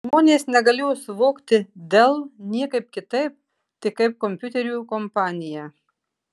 žmonės negalėjo suvokti dell niekaip kitaip tik kaip kompiuterių kompaniją